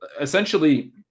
essentially